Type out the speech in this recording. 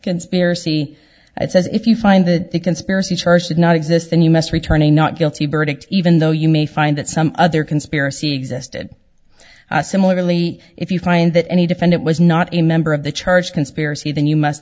conspiracy i says if you find that the conspiracy charge did not exist then you must return a not guilty verdict even though you may find that some other conspiracy existed similarly if you find that any defendant was not a member of the charged conspiracy then you must